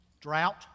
Drought